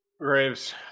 Graves